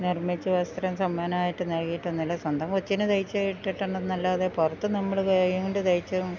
നിർമ്മിച്ച വസ്ത്രം സമ്മാനായിട്ട് നൽകിയിട്ടൊന്നുമില്ല സ്വന്തം കൊച്ചിന് തയിച്ച് ഇട്ടിട്ട് ഉണ്ടെന്നല്ലാതെ പുറത്ത് നമ്മള് കൈ കൊണ്ട് തയ്ച്ചും